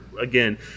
again